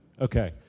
Okay